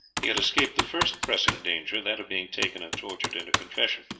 he had escaped the first pressing danger, that of being taken and tortured into confession,